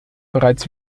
bereits